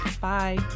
bye